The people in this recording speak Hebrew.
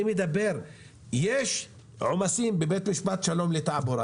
יש עומסים בבית משפט שלום לתעבורה